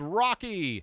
rocky